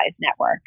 network